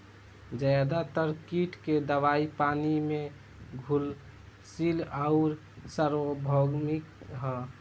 ज्यादातर कीट के दवाई पानी में घुलनशील आउर सार्वभौमिक ह?